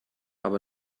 aber